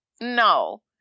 No